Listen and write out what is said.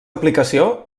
aplicació